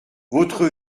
votre